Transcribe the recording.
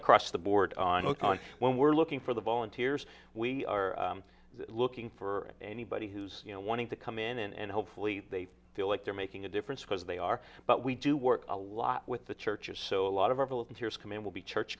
across the board on a card when we're looking for the volunteers we are looking for anybody who's you know wanting to come in and hopefully they feel like they're making a difference because they are but we do work a lot with the churches so a lot of our volunteers come in will be church